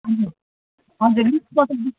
हजुर लिस्ट पठाइदिनुस्